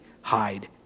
hide